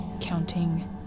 counting